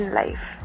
life